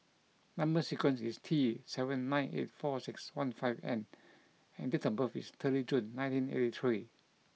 number sequence is T seven nine eight four six one five N and date of birth is thirty June nineteen eighty three